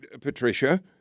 patricia